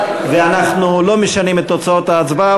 ואנחנו לא משנים את תוצאות ההצבעה,